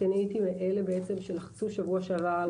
כי הייתי מאלה שבעצם לחצו שבוע שעבר על